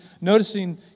noticing